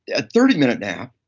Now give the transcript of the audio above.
a thirty minute nap,